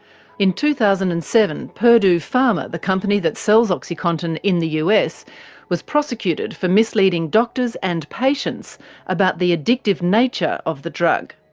in two thousand and seven, purdue pharma, the company that sells oxycontin in the us, was prosecuted for misleading doctors and patients about the addictive nature of the drug.